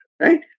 Right